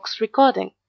recording